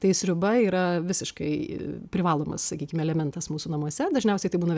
tai sriuba yra visiškai privaloma sakykime elementas mūsų namuose dažniausiai tai būna